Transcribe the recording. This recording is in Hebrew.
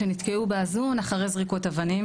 שנתקעו בעזון אחרי זריקות אבנים.